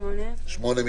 הסתייגות מס' 1(ד).